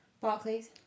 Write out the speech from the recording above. Barclays